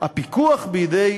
הפיקוח הוא בידי